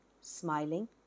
Smiling